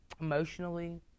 emotionally